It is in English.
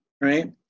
right